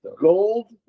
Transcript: gold